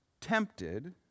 tempted